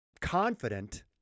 confident